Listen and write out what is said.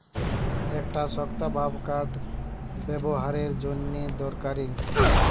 একটা শক্তভাব কাঠ ব্যাবোহারের জন্যে দরকারি